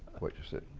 waiter said,